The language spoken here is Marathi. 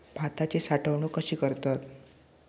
भाताची साठवूनक कशी करतत?